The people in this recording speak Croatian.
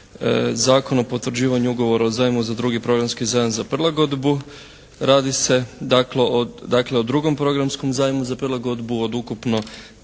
Zakon o potvrđivanju Ugovora o zajmu za drugi programski zajam za prilagodbu. Radi se dakle o drugom programskom zajmu za prilagodbu od ukupno